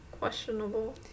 Questionable